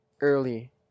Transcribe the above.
early